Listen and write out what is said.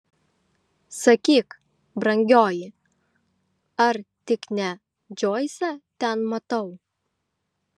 sakyk brangioji ar tik ne džoisą ten matau